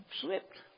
slipped